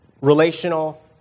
relational